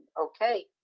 okay